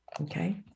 Okay